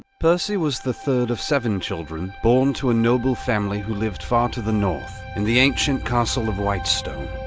percy was the third of seven children, born to a noble family who lived far to the north in the ancient castle of whitestone.